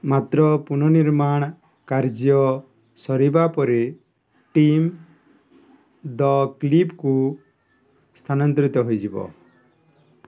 ମାତ୍ର ପୁନଃନିର୍ମାଣ କାର୍ଯ୍ୟ ସରିବା ପରେ ଟିମ୍ ଦ କ୍ଲିଫ୍କୁ ସ୍ଥାନାନ୍ତରିତ ହୋଇଯିବ